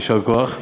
יישר כוח.